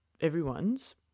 everyone's